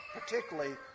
particularly